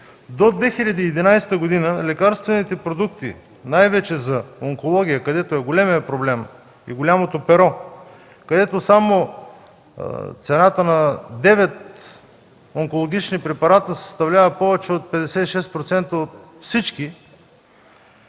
до 2011 г. лекарствените продукти, най-вече за онкология, където е големият проблем и голямото перо, където само цената на девет онкологични препарата съставлява повече от 56% от всички,